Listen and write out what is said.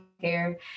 care